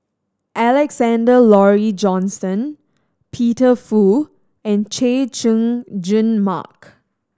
Alexander Laurie Johnston Peter Fu and Chay Jung Jun Mark